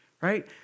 right